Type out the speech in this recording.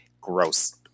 Gross